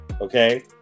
okay